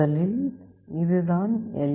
முதலில் இதுதான் எல்